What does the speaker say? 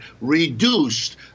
reduced